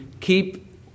keep